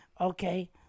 Okay